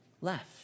left